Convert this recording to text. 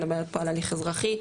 אני מדברת פה על הליך אזרחי,